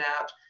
out